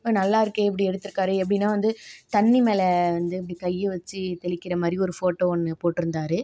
நல்லாயிருக்கே எப்படி எடுத்திருக்காரு எப்படின்னா வந்து தண்ணி மேலே வந்து அப்படி கையை வச்சு தெளிக்கிற மாதிரி ஒரு ஃபோட்டோ ஒன்று போட்டிருந்தாரு